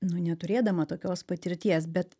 nu neturėdama tokios patirties bet